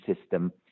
system